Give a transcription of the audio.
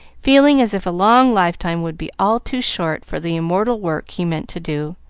feeling as if a long lifetime would be all too short for the immortal work he meant to do.